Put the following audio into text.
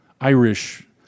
Irish